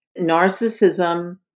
Narcissism